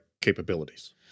capabilities